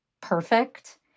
perfect